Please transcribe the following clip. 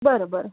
बरं बरं